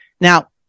Now